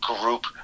group